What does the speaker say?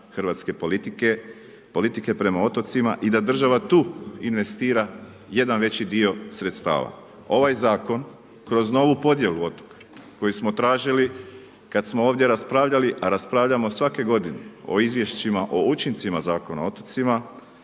hrvatske politike, politike prema otocima i da država tu investira jedan veći dio sredstava. Ovaj zakon kroz novu podjelu otoka koji smo tražili kad smo ovdje raspravljali, a raspravljamo svake godine o izvješćima, o učincima Zakona o otocima,